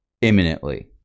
imminently